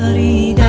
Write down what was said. the